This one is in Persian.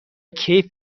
کیف